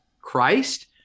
Christ